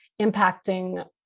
impacting